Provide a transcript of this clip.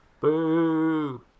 Boo